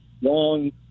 long